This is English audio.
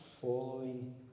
following